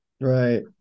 Right